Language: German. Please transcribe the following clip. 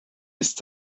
ist